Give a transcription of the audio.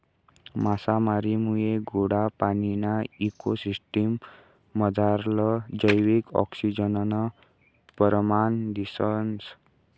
मासामारीमुये गोडा पाणीना इको सिसटिम मझारलं जैविक आक्सिजननं परमाण दिसंस